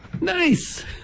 Nice